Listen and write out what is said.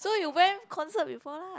so you went concert before lah